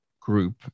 group